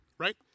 right